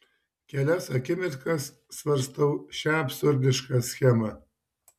kelias akimirkas svarstau šią absurdišką schemą